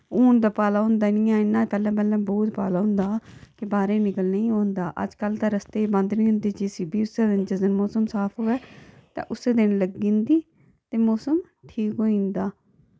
हुन ते पाला होंदा निं ऐ इन्ना पैह्लै पैह्लै बहुत पाला होंदा हा कि बाह्रे निकलने ओह् होंदा हा अजकल ते रस्ते बंद निं होंदे जे सी बी उस्सै दिन जिस दिन मौसम साफ होऐ ते उस्से दिन लग्गी जंदी ते मौसम ठीक होइंदा